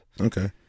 Okay